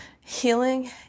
healing